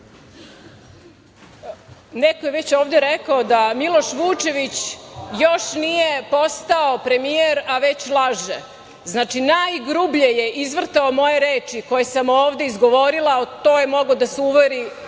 Neko je već ovde rekao da Miloš Vučević još nije postao premijer, a već laže. Znači, najgrublje je izvrtao moje reči koje sam ovde izgovorila. U to je mogao da se uveri